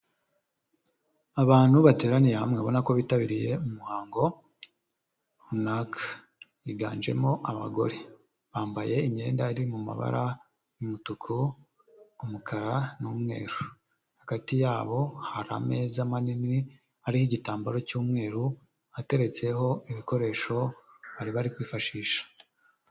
Abantu bateraniye hamwe ubona ko bitabiriye umuhango runaka, higanjemo abagore bambaye imyenda iri mu mabara y'umutuku, umukara ,n'umweru hagati yabo hari ameza manini hariho igitambaro cy'umweru ateretseho ibikoresho bari bari kwifashisha.